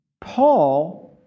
Paul